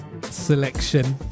selection